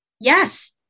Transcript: Yes